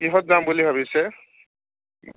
কিহত যাম বুলি ভাবিছে